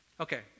okay